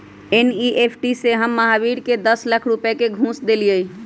NEFT से हम महावीर के दस लाख रुपए का घुस देलीअई